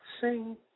sing